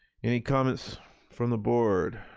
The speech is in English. any comments from the board?